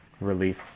release